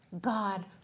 God